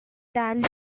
tan